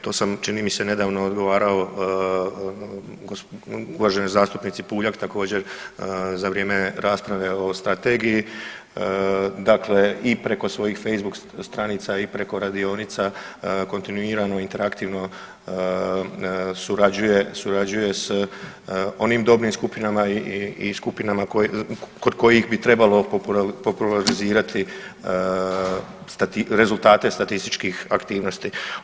To sam čini mi se nedavno odgovarao uvaženoj zastupnici Puljak također za vrijeme rasprave o strategiji, dakle i preko svojih Facebook stranica i preko radionica kontinuirano i interaktivno surađuje, surađuje s onim dobnim skupinama i skupinama kod kojih bi trebalo popularizirati rezultate statističkih aktivnosti.